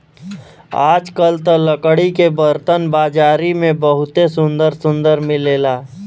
आजकल त लकड़ी के बरतन बाजारी में बहुते सुंदर सुंदर मिलेला